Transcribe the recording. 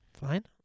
Fine